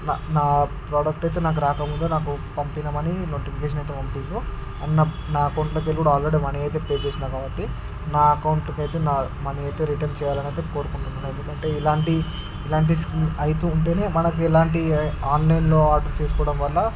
నా నా ప్రొడక్ట్ అయితే నాకు రాకముందే నాకు పంపినమని నోటిఫికేషన్ అయితే పంపిండ్రు అండ్ నా నా అకౌంటులోకెళ్ళి ఆల్రెడి మని అయితే పే చేసినాను కాబట్టి నా అకౌంటుకయితే నా మనీ అయితే రిటర్న్ చేయాలని అయితే కోరుకుంటున్నాను ఎందుకంటే ఇలాంటి ఇలాంటి అవుతు ఉంటేనే మనకి ఇలాంటి ఆన్లైన్లో ఆర్డర్ చేసుకోవడం వల్ల